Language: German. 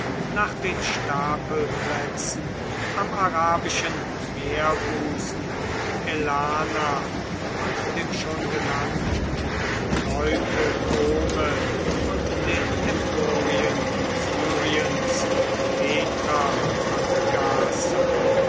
nach den stapelplätzen am arabischen meerbusen aelana und dem schon genannten leuke kome und den emporien syriens petra und gaza